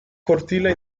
cortile